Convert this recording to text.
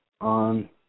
on